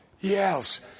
Yes